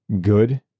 good